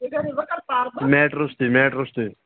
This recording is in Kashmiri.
میٹ روٚستُے میٹ روستُے